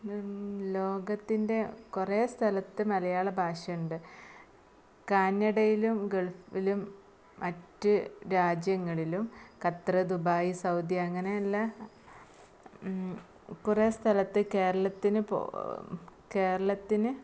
ലോകത്തിൻ്റെ കുറേ സ്ഥലത്ത് മലയാള ഭാഷയുണ്ട് കാനഡയിലും ഗൾഫിലും മറ്റ് രാജ്യങ്ങളിലും ഖത്തറ് ദുബായി സൗദി അങ്ങനെയുള്ള കുറേ സ്ഥലത്ത് കേരളത്തിന് കേരളത്തിന്